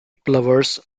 plovers